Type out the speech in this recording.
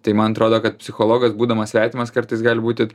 tai man atrodo kad psichologas būdamas svetimas kartais gali būti